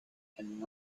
and